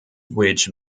which